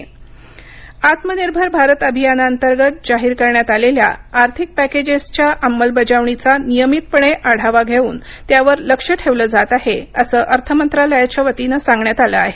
अर्थमंत्री आत्मनिर्भर भारत अभियाना अंतर्गत जाहीर करण्यात आलेल्या आर्थिक पॅकेजेसच्या अंमलबजावणीचा नियमितपणे आढावा घेऊन त्यावर लक्ष ठेवलं जात आहे असं अर्थमंत्रालयाच्या वतीनं सांगण्यात आलं आहे